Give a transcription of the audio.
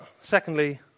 secondly